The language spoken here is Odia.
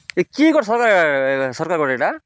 ଏ କି ଗୋଟେ ସରକାର ସରକାର ଗୋଟେ ଏଇଟା